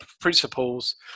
principles